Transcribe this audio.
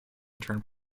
turned